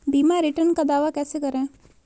बीमा रिटर्न का दावा कैसे करें?